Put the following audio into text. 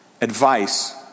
advice